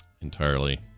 Entirely